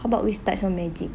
how about we start on magic